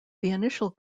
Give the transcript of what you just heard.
initial